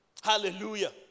Hallelujah